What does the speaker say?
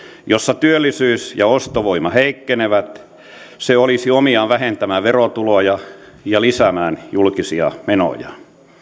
jossa työllisyys ja ostovoima heikkenevät se olisi omiaan vähentämään verotuloja ja lisäämään julkisia menoja